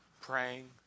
praying